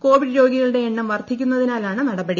Covid രോഗികളുടെ എണ്ണം വർദ്ധിക്കുന്നതിനാലാണ് നടപടി